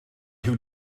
huw